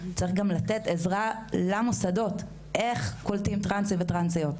צריך גם לתת עזרה למוסדות איך קולטים טרנסים וטרנסיות.